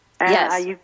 Yes